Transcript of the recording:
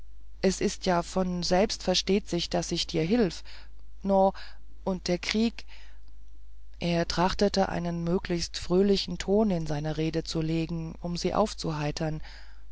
es is ja von selbstverstehtsich daß ich dir hilf no und der krieg er trachtete einen möglichst fröhlichen ton in seine rede zu legen um sie aufzuheitern